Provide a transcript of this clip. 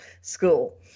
school